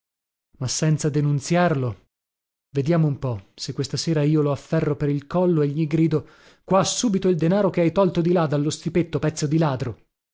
ma senza denunziarlo vediamo un po se questa sera io lo afferro per il collo e gli grido qua subito il denaro che hai tolto di là dallo stipetto pezzo di ladro